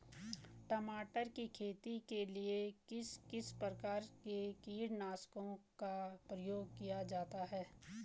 टमाटर की खेती के लिए किस किस प्रकार के कीटनाशकों का प्रयोग किया जाता है?